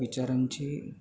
विचारांची